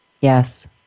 Yes